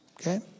Okay